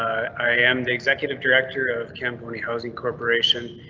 i am the executive director of kamboni housing corporation,